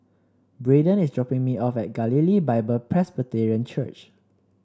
Braedon is dropping me off at Galilee Bible Presbyterian Church